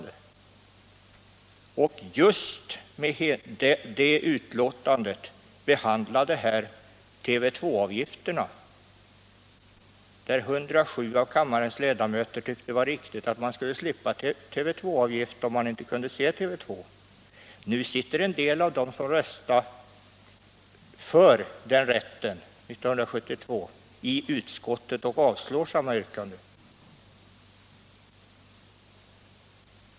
Det var just i samband med det betänkandet TV2 avgifterna behandlades, och 107 av kammarens ledamöter tyckte att det var riktigt att man skulle slippa den delen av avgiften om man inte kunde se TV2. Nu sitter en del av dem som röstade för rätten till befrielse 1972 i konstitutionsutskottet och avstyrker samma yrkande.